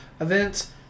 events